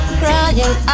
crying